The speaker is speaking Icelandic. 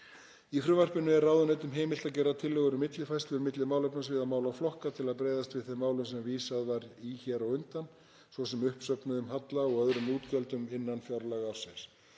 Í frumvarpi er ráðuneytum heimilt að gera tillögur um millifærslur milli málefnasviða og málaflokka til að bregðast við þeim málum sem vísað var í hér á undan, svo sem uppsöfnuðum halla og öðrum útgjöldum innan fjárlagaársins.